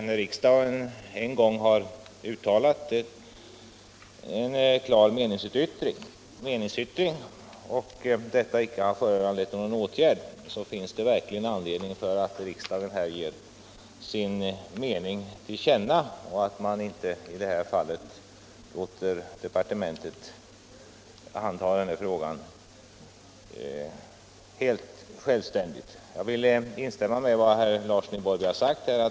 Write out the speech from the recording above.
När riksdagen har gjort en klar meningsyttring och detta inte har föranlett någon åtgärd, finns det verkligen anledning för riksdagen att ge sin mening till känna och inte låta departementet handha denna fråga helt självständigt. Jag kan instämma i vad herr Larsson i Borrby har sagt.